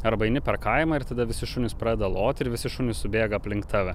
arba eini per kaimą ir tada visi šunys pradeda loti ir visi šunys subėga aplink tave